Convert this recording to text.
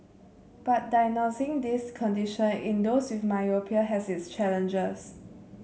but diagnosing this condition in those with myopia has its challenges